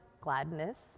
gladness